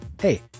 hey